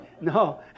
No